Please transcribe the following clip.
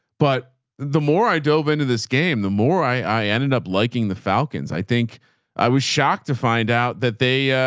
but the more i dove into this game, the more i, i ended up liking the falcons, i think i was shocked to find out that they,